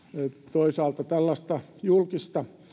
toisaalta tällaista julkista